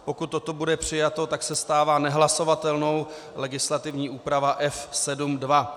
Pokud toto bude přijato, tak se stává nehlasovatelnou legislativní úprava F7.2.